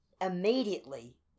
immediately